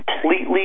completely